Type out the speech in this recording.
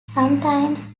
sometimes